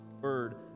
word